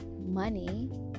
money